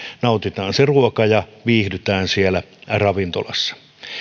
nautitaan se ruoka ja viihdytään siellä ravintolassa